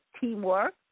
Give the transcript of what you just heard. teamwork